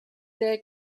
der